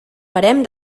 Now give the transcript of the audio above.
barem